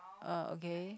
uh okay